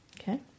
Okay